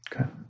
Okay